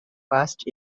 first